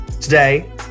Today